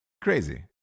crazy